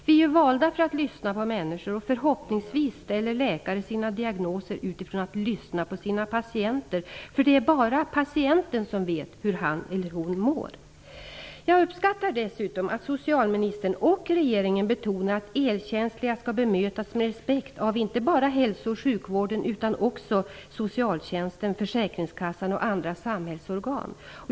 Vi är valda för att lyssna på människor. Förhoppningsvis ställer läkare sina diagnoser utifrån att ha lyssnat på sina patienter. Det är bara patienten som vet hur han eller hon mår. Jag uppskattar dessutom att socialministern och regeringen betonar att elkänsliga skall bemötas med respekt av inte bara hälso och sjukvården utan också socialtjänsten, försäkringskassan och andra samhällsorgan.